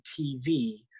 TV